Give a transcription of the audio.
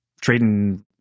trading